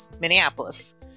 Minneapolis